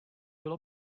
bylo